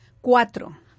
cuatro